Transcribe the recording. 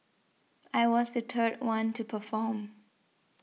I was the third one to perform